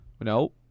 No